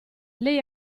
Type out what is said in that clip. lei